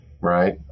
Right